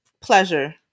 Pleasure